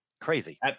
crazy